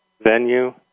venue